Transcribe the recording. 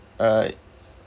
uh